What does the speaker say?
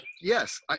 Yes